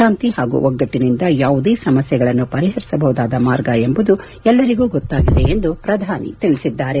ಶಾಂತಿ ಪಾಗೂ ಒಗ್ಗಟ್ಟನಿಂದ ಯಾವುದೇ ಸಮಸ್ಥೆಗಳನ್ನು ಪರಿಹರಿಸಬಹುದಾದ ಮಾರ್ಗ ಎಂಬುದು ಎಲ್ಲರಿಗೂ ಗೊತ್ತಾಗಿದೆ ಎಂದು ಪ್ರಧಾನಿ ತಿಳಿಸಿದ್ದಾರೆ